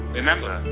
remember